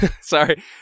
Sorry